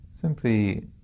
simply